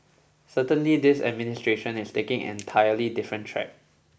certainly this administration is taking entirely different track